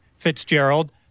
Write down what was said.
Fitzgerald